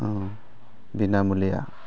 बिनामुलिया